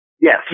Yes